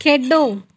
ਖੇਡੋ